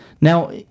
Now